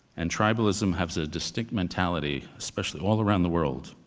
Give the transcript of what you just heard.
and tribalism has a distinct mentality, especially all around the world.